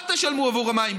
אל תשלמו עבור המים.